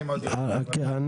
כן.